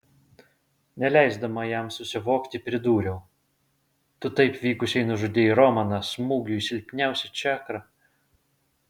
neleisdama jam susivokti pridūriau tu taip vykusiai nužudei romaną smūgiu į silpniausią čakrą